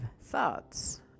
thoughts